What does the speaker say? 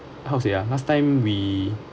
how to say ah last time we